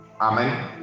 Amen